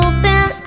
Open